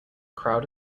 crowd